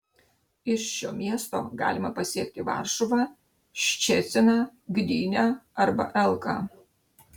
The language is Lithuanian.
iš šio miesto galima pasiekti varšuvą ščeciną gdynę arba elką